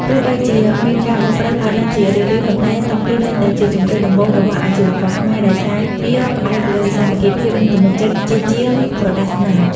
ទោះបីជាមានការបោកប្រាស់កើតឡើងជារឿយៗ ប៉ុន្តែតុងទីននៅតែជាជម្រើសដំបូងរបស់អាជីវករខ្មែរ ដោយសារវាផ្អែកលើ "សាមគ្គីភាព និងទំនុកចិត្ត" ជាជាងក្រដាសស្នាម។